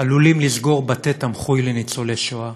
עלולים לסגור בתי-תמחוי לניצולי שואה,